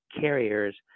carriers